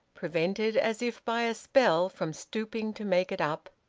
prevented as if by a spell from stooping to make it up,